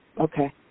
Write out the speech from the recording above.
okay